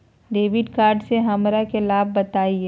Debit card से हमरा के लाभ बताइए?